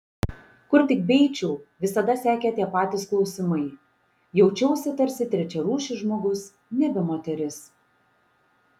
kur tik beeičiau visada sekė tie patys klausimai jaučiausi tarsi trečiarūšis žmogus nebe moteris